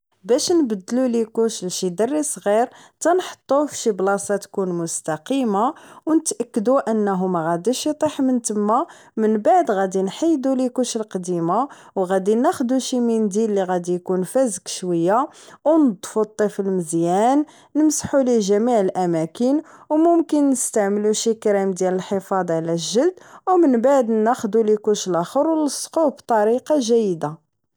باش نبدلو ليكوش لشي دري صغير تنحطوه فشي بلاصة مستقيمة و نتأكدو انه ماغاديش يطيح من تما من بعد غنحيدو الليكوش القديمة وغانخدو شي منديل اللي غادي يكون فازك شوية و نضفو الطفل مزيان و نمسحو ليه جميع الاماكن و ممكن نستعملو شي كريم ديال الجلد و من بعد ناخدو ليكوش لاخور نلصقوه بطريقة جيدة